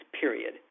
Period